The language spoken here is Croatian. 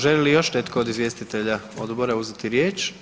Želi li još netko od izvjestitelja odbora uzeti riječ?